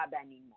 anymore